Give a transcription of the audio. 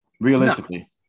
realistically